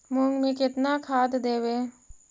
मुंग में केतना खाद देवे?